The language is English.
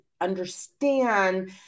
understand